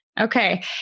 Okay